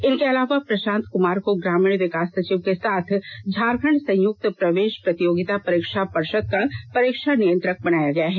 इनके अलावा प्रशांत कुमार को ग्रामीण विकास सचिव के साथ झारखंड संयुक्त प्रवेश प्रतियोगिता परीक्षा पर्षद का परीक्षा नियंत्रक बनाया गया है